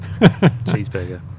cheeseburger